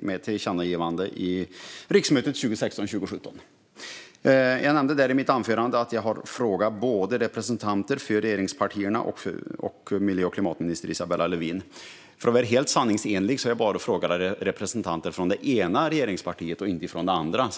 med ett tillkännagivande under riksmötet 2016/17. Jag nämnde i mitt anförande att jag har frågat både representanter för regeringspartierna och miljö och klimatminister Isabella Lövin. För att vara helt sanningsenlig har jag frågat representanter för det ena regeringspartiet men inte för det andra.